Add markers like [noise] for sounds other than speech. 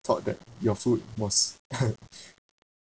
thought that your food was [laughs]